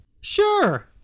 Sure